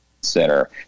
Center